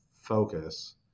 focus